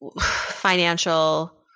financial